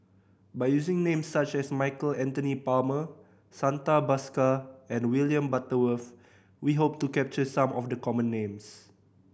by using names such as Michael Anthony Palmer Santha Bhaskar and William Butterworth we hope to capture some of the common names